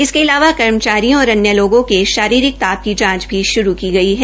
इसके अलावा कर्मचारियों और अन्य लोगों के शारीरिक ताप की जांच शुरू की गई है